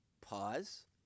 pause